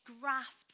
grasps